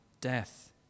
death